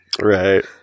Right